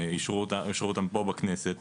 אישרו אותן פה בכנסת.